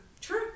True